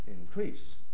increase